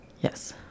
yes